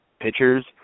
pitchers